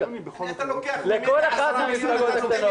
אם אתה לוקח ממני 10 מיליון שקל ואתה